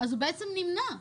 הוא בעצם נמנע.